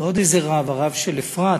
ועוד איזה רב, הרב של אפרת,